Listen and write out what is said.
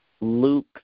Luke